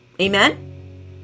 amen